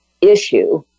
issue